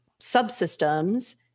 subsystems